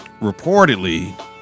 reportedly